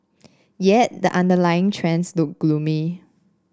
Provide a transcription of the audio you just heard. yet the underlying trends look gloomy